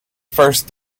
first